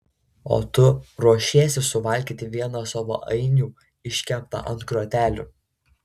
o tu ruošiesi suvalgyti vieną savo ainių iškeptą ant grotelių